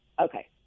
okay